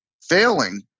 failing